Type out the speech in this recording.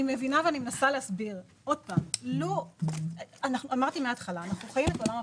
אני מבינה ואני מנסה להסביר שוב: אנחנו חיים את עולם הפרסום.